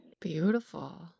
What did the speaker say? Beautiful